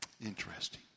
interesting